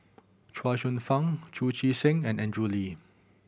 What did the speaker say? Chuang Hsueh Fang Chu Chee Seng and Andrew Lee